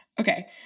Okay